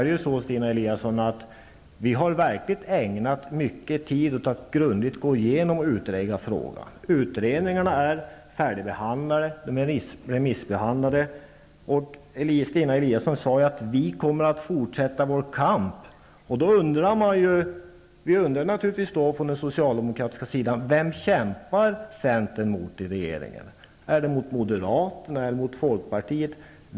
Men, Stina Eliasson, vi har verkligen ägnat mycket tid åt att grundligt gå igenom och utreda frågan. Utredningarna är både färdigbehandlade och remissbehandlade. Stina Eliasson sade: Vi kommer att fortsätta vår kamp. Därför undrar vi socialdemokrater vem centern kämpar mot i regeringen. Är det mot moderaterna, eller är det mot folkpartiet?